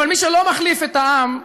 אבל מי שלא מחליף את העם,